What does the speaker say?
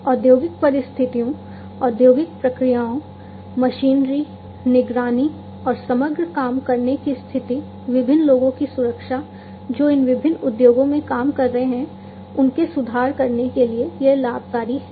औद्योगिक परिस्थितियों औद्योगिक प्रक्रियाओं मशीनरी निगरानी और समग्र काम करने की स्थिति विभिन्न लोगों की सुरक्षा जो इन विभिन्न उद्योगों में काम कर रहे हैं उनके सुधार करने के लिए यह लाभकारी है